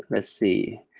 let's see,